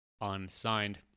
unsigned